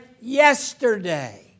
yesterday